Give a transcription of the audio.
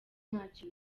ntacyo